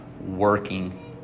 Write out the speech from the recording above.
working